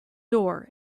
door